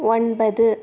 ஒன்பது